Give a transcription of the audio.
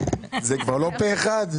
זה כבר לא פה אחד?